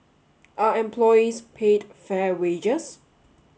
are employees paid fair wages